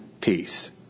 peace